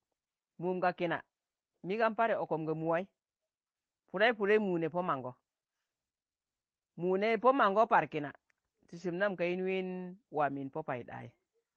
mum ga kina, mi gan pari ọkọm ga mu wai, pụdẹi- pụdẹi mu ne pọ mango,̣ mu nẹ pọ mango par kina, ti sum nam ka yin ween waam yin pọ paiɗai.